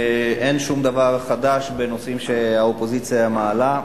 ואין שום דבר חדש בנושאים שהאופוזיציה מעלה.